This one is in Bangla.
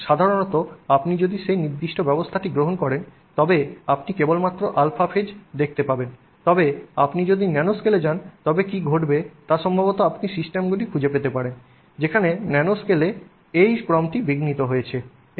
সুতরাং সাধারণত আপনি যদি সেই নির্দিষ্ট ব্যবস্থাটি গ্রহণ করেন তবে আপনি কেবলমাত্র α ফেজ α phase দেখতে পাবেন তবে আপনি যদি ন্যানোস্কেলে যান তবে কী ঘটবে তা সম্ভবত আপনি সিস্টেমগুলি খুঁজে পেতে পারেন যেখানে ন্যানোস্কলে এই ক্রমটি বিঘ্নিত হয়েছে